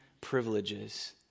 privileges